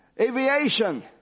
aviation